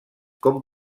com